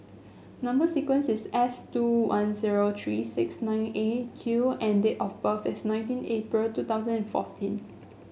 number sequence is S two one zero three six nine Eight Q and date of birth is nineteen April two thousand and fourteen